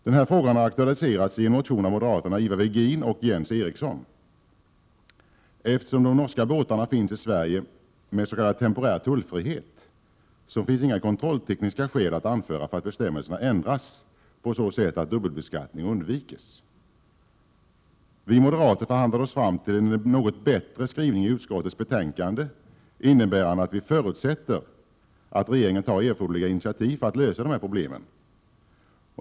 Den här frågan har aktualiserats i en motion av moderaterna Ivar Virgin och Jens Eriksson. Eftersom de norska båtarna finns i Sverige med s.k. temporär tullfrihet, finns inga kontrolltekniska skäl att anföra för att bestämmelserna ändras på så sätt att dubbelbeskattning undviks. Vi moderater förhandlade oss fram till en något bättre skrivning i utskottets betänkande, innebärande att vi förutsätter att regeringen tar erforderliga initiativ för att lösa problemen.